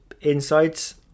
insights